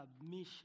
submission